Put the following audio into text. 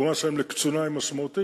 התרומה שלהם לקצונה היא משמעותית,